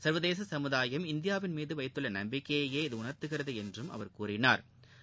சா்வதேச சமுதாயம் இந்தியாவின் மீது வைத்துள்ள நம்பிக்கையையே இது உணா்த்துகிறது என்றும் அவா் கூறினா்